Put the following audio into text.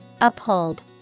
Uphold